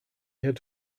had